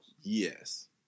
Yes